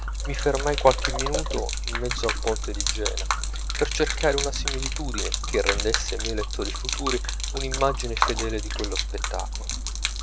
mi fermai qualche minuto in mezzo al ponte di jena per cercare una similitudine che rendesse ai miei lettori futuri un'immagine fedele di quello spettacolo